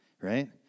Right